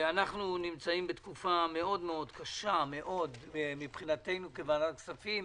אנחנו נמצאים בתקופה מאוד קשה מבחינתנו כוועדת כספים,